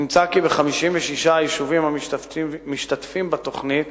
נמצא כי ב-56 היישובים המשתתפים בתוכנית